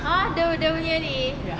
!huh! dia dia punya ni